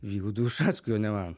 vygaudui ušackui o ne man